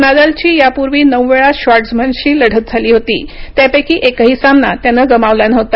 नादालची यापूर्वी नऊ वेळा श्वार्टझमनशी लढत झाली होती त्यापैकी एकही सामना त्यानं गमावला नव्हता